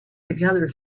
together